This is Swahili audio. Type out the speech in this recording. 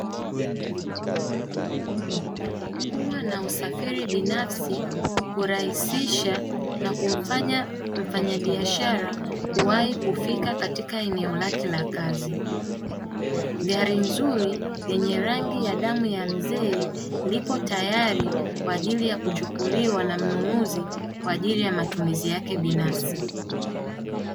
Kuwa na usafiri binafsi hurahisisha na kumfanya mfanyabiashara kuwahi kufika katika eneo lake la kazi. Gari nzuri yenye rangi ya damu ya mzee lipo tayari, kwa ajili ya kuchukuliwa na mnunuzi kwa ajili ya matumizi yake binafsi.